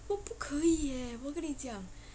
我不可以 eh 我給你講